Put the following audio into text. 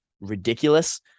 ridiculous